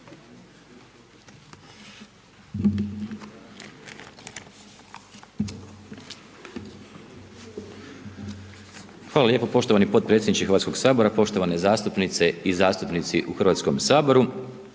Hvala lijepo poštovani potpredsjedniče Hrvatskog sabora, poštovane zastupnice i zastupnici u Hrvatskom saboru.